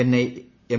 Chennai M